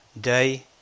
day